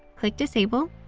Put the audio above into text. click disable,